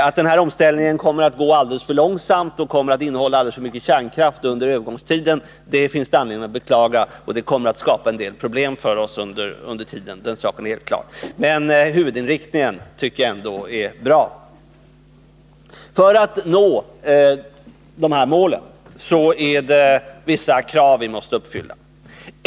Att den här omställningen kommer att gå alldeles för långsamt och kommer att innehålla alldeles för mycket kärnkraft under övergångstiden finns det anledning att beklaga. Det kommer att skapa en del problem för oss under tiden — den saken är helt klar. Men huvudinriktningen tycker jag ändå är bra. För att nå de här målen är det vissa krav vi måste uppfylla.